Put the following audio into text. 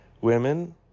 Women